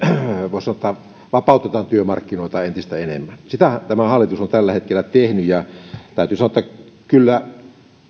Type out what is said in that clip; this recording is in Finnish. voisi sanoa vapautamme työmarkkinoita entistä enemmän sitähän tämä hallitus on tällä hetkellä tehnyt ja täytyy sanoa että kyllä